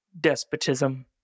despotism